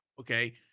Okay